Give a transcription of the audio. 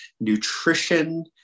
nutrition